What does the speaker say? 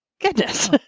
goodness